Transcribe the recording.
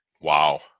Wow